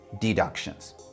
deductions